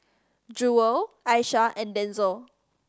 Jewell Aisha and Denzell